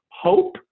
hope